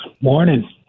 Morning